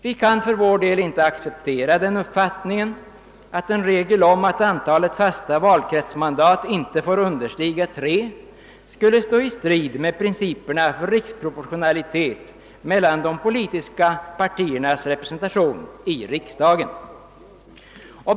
Vi kan inte acceptera den uppfattningen att en regel om att antalet fasta valkretsmandat inte får understiga tre skulle stå i strid med principerna för riksproportionalitet mellan de politiska partiernas representation i riksdagen.